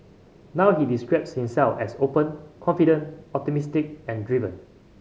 now he describes himself as open confident optimistic and driven